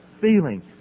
feeling